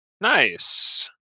Nice